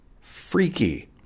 Freaky